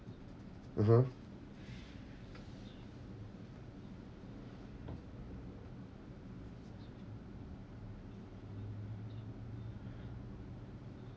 (uh huh)